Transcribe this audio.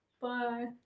Bye